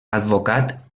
advocat